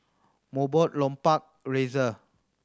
Mobot Lupark Razer